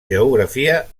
geografia